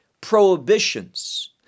prohibitions